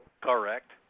Correct